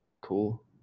cool